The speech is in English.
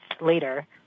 later